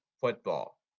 football